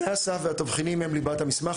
תנאי הסף והתבחינים הם ליבת המסמך,